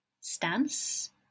stance